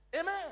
Amen